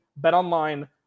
BetOnline